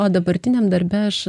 o dabartiniam darbe aš